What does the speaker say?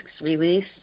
release